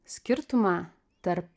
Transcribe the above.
skirtumą tarp